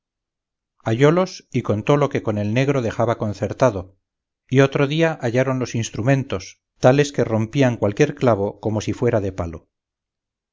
hallólos y contó lo que con el negro dejaba concertado y otro día hallaron los instrumentos tales que rompían cualquier clavo como si fuera de palo